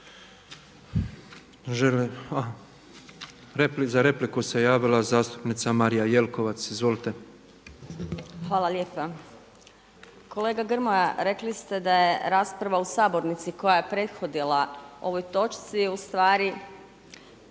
Za repliku se javila zastupnica Marija Jelkovac. Izvolite. **Jelkovac, Marija (HDZ)** Hvala lijepa. Kolega Grmoja, rekli ste da je rasprava u sabornici koja je prethodila ovoj točci u stvari